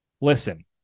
Listen